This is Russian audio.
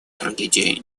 трагедия